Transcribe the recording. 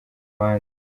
abandi